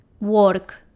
work